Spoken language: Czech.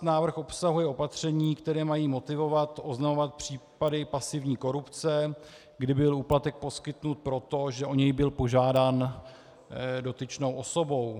Návrh obsahuje opatření, která mají motivovat, oznamovat případy pasivní korupce, kdy byl úplatek poskytnut proto, že o něj byl požádán dotyčnou osobou.